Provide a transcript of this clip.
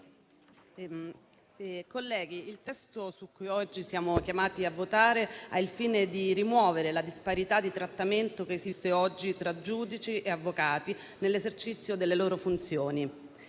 il testo su cui oggi siamo chiamati a votare ha il fine di rimuovere la disparità di trattamento che esiste oggi tra giudici e avvocati nell'esercizio delle loro funzioni.